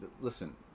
listen